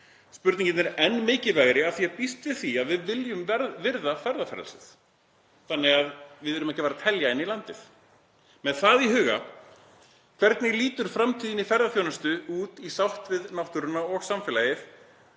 Spurningin er enn mikilvægari af því að ég býst við því að við viljum virða ferðafrelsið. Við erum því ekki að fara að telja inn í landið. Með það í huga, hvernig lítur framtíðin í ferðaþjónustu út í sátt við náttúruna og samfélagið